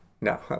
No